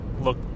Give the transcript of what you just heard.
look